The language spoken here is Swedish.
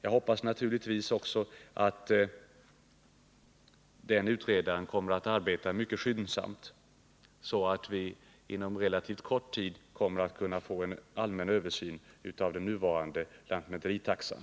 Jag hoppas naturligtvis att utredaren kommer att arbeta mycket skyndsamt, så att vi inom relativt kort tid kan få en allmän översyn av den nuvarande lantmäteritaxan.